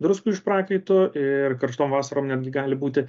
druskų iš prakaito ir karštom vasarom netgi gali būti